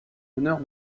honneur